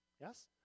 Yes